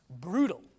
brutal